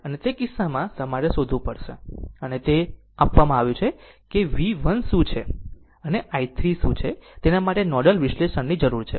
અને તે કિસ્સામાં તે કિસ્સામાં તમારે શોધવું પડશે અને અહીં તે આપવામાં આવ્યું છે કે V 1 શું છે અને i3 શું છે તેના માટે નોડલ વિશ્લેષણ જરૂરી છે